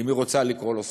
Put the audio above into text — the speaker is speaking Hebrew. אם היא רוצה לקרוא לו שמאל,